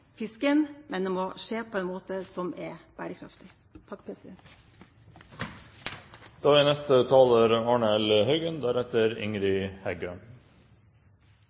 fisken, men dette må skje på en måte som er bærekraftig.